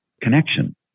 connection